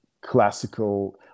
classical